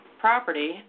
property